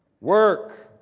work